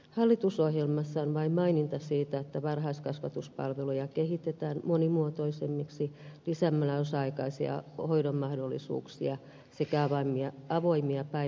hallitusohjelmassa on vain maininta siitä että varhaiskasvatuspalveluja kehitetään monimuotoisemmiksi lisäämällä osa aikaisen hoidon mahdollisuuksia sekä avoimia päiväkoteja ja kerhotoimintaa